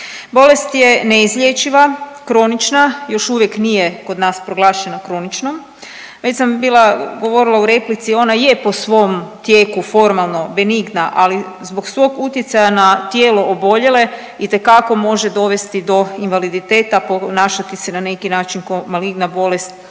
Bolest je neizlječiva, kronična, još uvijek nije kod nas proglašen kroničnom. Već sam bila govorila u replici, ona je po svom tijeku formalno benigna, ali zbog svog utjecaja na tijelo oboljele itekako može dovesti do invaliditeta, ponašati se na neki način kao maligna bolest,